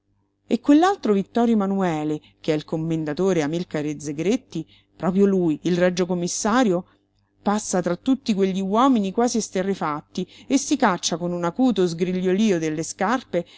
e quell'altro vittorio emanuele che è il commendatore amilcare zegretti proprio lui il regio commissario passa tra tutti quegli uomini quasi esterrefatti e si caccia con un acuto sgrigliolío delle scarpe